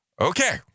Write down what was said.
Okay